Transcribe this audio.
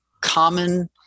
common